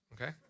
Okay